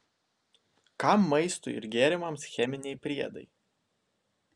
kam maistui ir gėrimams cheminiai priedai